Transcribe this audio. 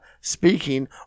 speaking